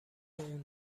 اون